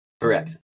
Correct